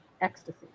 ecstasy